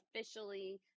officially